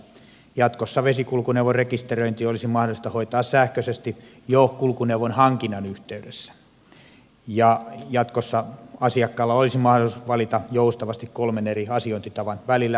jatkossa vesikulkuneuvorekisteröinti olisi mahdollista hoitaa sähköisesti jo kulkuneuvon hankinnan yhteydessä ja jatkossa asiakkaalla olisi mahdollisuus valita joustavasti kolmen eri asiointitavan välillä